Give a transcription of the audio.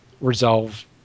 resolve